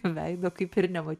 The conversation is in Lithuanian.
veido kaip ir nema